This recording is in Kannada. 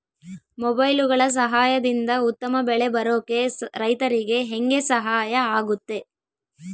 ಮೊಬೈಲುಗಳ ಸಹಾಯದಿಂದ ಉತ್ತಮ ಬೆಳೆ ಬರೋಕೆ ರೈತರಿಗೆ ಹೆಂಗೆ ಸಹಾಯ ಆಗುತ್ತೆ?